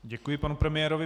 Děkuji panu premiérovi.